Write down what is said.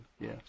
Yes